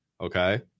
Okay